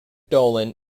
dolan